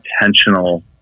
intentional